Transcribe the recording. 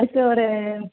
அதுக்கு ஒரு